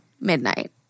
midnight